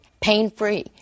pain-free